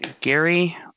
Gary